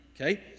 Okay